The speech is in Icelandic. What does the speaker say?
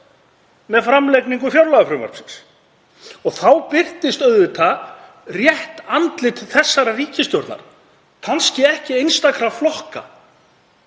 með framlagningu fjárlagafrumvarpsins. Þá birtist auðvitað rétt andlit þessarar ríkisstjórnar, kannski ekki einstakra flokka,